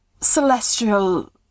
celestial